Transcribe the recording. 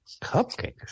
cupcakes